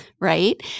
Right